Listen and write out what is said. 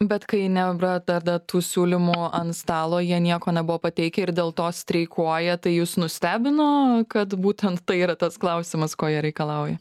bet kai nėra dar dar tų siūlymų ant stalo jie nieko nebuvo pateikę ir dėl to streikuoja tai jus nustebino kad būtent tai yra tas klausimas ko jie reikalauja